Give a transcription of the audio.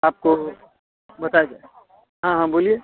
आपको बता दिया हाँ हाँ बोलिए